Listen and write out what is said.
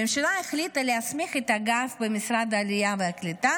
הממשלה החליטה להסמיך אגף במשרד העלייה והקליטה